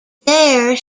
there